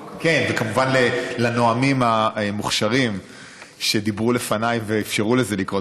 וכמובן לנואמים המוכשרים שדיברו לפניי ואפשרו לזה לקרות.